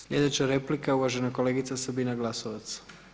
Slijedeća replika uvažena kolegica Sabina Glasovac.